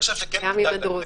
גם עם הדרוזים.